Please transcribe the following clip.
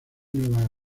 nueva